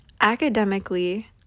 academically